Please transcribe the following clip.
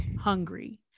hungry